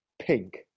Pink